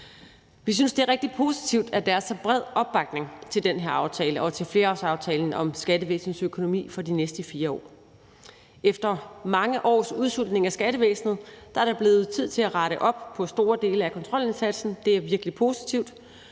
Vi synes, det er rigtig positivt, at der er så bred opbakning til den her aftale og til flerårsaftalen om skattevæsenets økonomi for de næste 4 år. Efter mange års udsultning af skattevæsenet er det blevet tid til at rette op på store dele af kontrolindsatsen. Det er virkelig positivt.